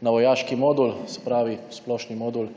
na vojaški modul. Se pravi, splošni modul